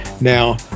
Now